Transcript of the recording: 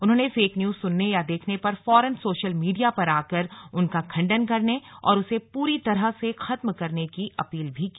उन्होंने fake news सुनने या देखने पर फौरन सोशल मीडिया पर आकर उनका खंडन करने और उसे पूरी तरह से खत्मा करने की अपील की